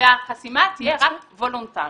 והחסימה תהיה רק וולונטרית.